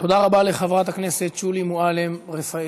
תודה רבה לחברת הכנסת שולי מועלם-רפאלי.